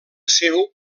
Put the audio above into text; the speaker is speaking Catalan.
seu